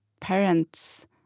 parents